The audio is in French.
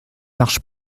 marche